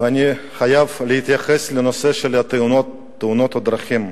ואני חייב להתייחס לנושא תאונות הדרכים,